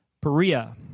Perea